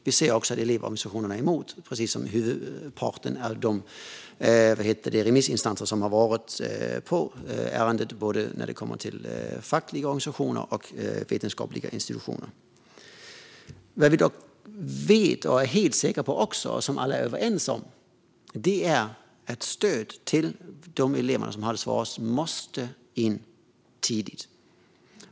Vi ser också att elevorganisationerna är emot precis som huvudparten av remissinstanserna, både fackliga organisationer och vetenskapliga institutioner. Vad vi dock vet och är helt säkra på, och som alla är överens om, är att stöd till de elever som har det svårast måste in tidigt.